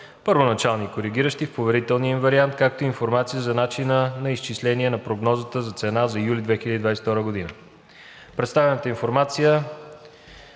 първоначални и коригиращи в поверителния им вариант, както и информация за начина на изчисление на прогнозната цена за юли 2022 г. Предоставената информация